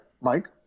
Mike